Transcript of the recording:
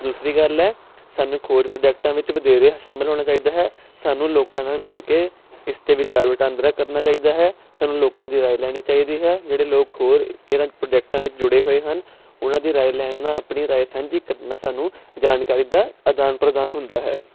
ਦੂਸਰੀ ਗੱਲ ਹੈ ਸਾਨੂੰ ਖੋਜ ਪ੍ਰੋਜੈਕਟਾਂ ਵਿੱਚ ਵਧੇਰੇ ਸ਼ਾਮਿਲ ਹੋਣਾ ਚਾਹੀਦਾ ਹੈ ਸਾਨੂੰ ਲੋਕਾਂ ਨਾਲ ਮਿਲ ਕੇ ਇਸ 'ਤੇ ਵਿਚਾਰ ਵਟਾਂਦਰਾ ਕਰਨਾ ਚਾਹੀਦਾ ਹੈ ਸਾਨੂੰ ਲੋਕਾਂ ਦੀ ਰਾਏ ਲੈਣੀ ਚਾਹੀਦੀ ਹੈ ਜਿਹੜੇ ਲੋਕ ਹੋਰ ਇਹਨਾਂ ਪ੍ਰੋਜੈਕਟਾਂ ਵਿੱਚ ਜੁੜੇ ਹੋਏ ਹਨ ਉਹਨਾਂ ਦੀ ਰਾਏ ਲੈਣ ਨਾਲ ਆਪਣੀ ਰਾਏ ਸਾਂਝੀ ਕਰਨ ਨਾਲ ਸਾਨੂੰ ਜਾਣਕਾਰੀ ਦਾ ਆਦਾਨ ਪ੍ਰਦਾਨ ਹੁੰਦਾ ਹੈ